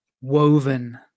woven